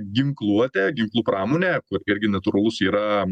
ginkluotę ginklų pramonė irgi natūralus yra